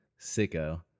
sicko